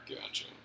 Gotcha